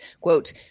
quote